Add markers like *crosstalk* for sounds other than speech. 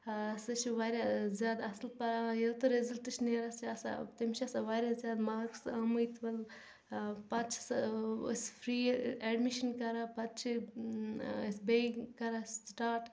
سُہ چھِ واریاہ زیادٕ اَصٕل پَران ییٚلہِ تہٕ رِزَلٹ چھِ نیران سُہ چھِ آسان تٔمِس چھِ آسان واریاہ زیادٕ مارکٕس آمٕتۍ *unintelligible* پَتہٕ چھِ سۄ أسۍ فِرٛی اٮ۪ڈمِشَن کَران پَتہٕ چھِ أسۍ بیٚیہِ کَران سِٹاٹ